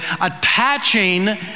attaching